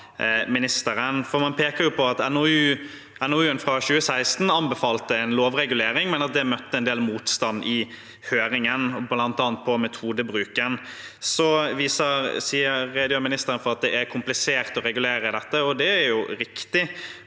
En peker på at NOU-en fra 2016 anbefalte en lovregulering, men at det møtte en del motstand i høringen, bl.a. angående metodebruk. Ministeren redegjør for at det er komplisert å regulere dette, og det er riktig.